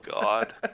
God